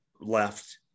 left